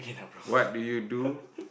what do you do